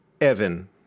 Evan